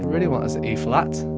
really want as a e flat.